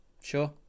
Sure